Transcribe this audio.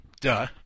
Duh